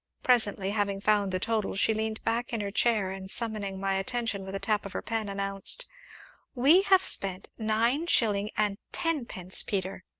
presently, having found the total, she leaned back in her chair and, summoning my attention with a tap of her pen, announced we have spent nine shillings and tenpence, peter!